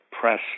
press